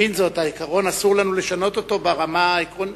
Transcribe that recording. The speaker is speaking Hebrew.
מבין שהעיקרון אסור לנו לשנות אותו ברמה העקרונית,